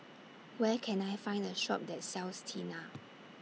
Where Can I Find A Shop that sells Tena